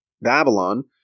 Babylon